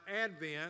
Advent